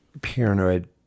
paranoid